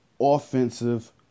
Offensive